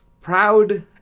Proud